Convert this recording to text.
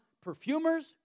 perfumers